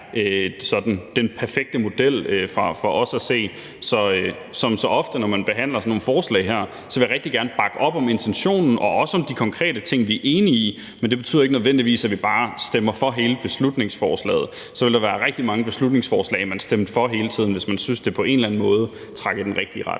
den perfekte model. Som det så ofte er, når man behandler sådan nogle forslag her, vil jeg rigtig gerne bakke op om intentionen og også om de konkrete ting, vi er enige i, men det betyder ikke nødvendigvis, at vi bare stemmer for hele beslutningsforslaget. For der ville være rigtig mange beslutningsforslag, som man hele tiden stemte for, hvis man syntes, at de på en eller anden måde trak i den rigtige retning.